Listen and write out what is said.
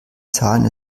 zahlen